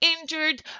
injured